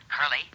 Curly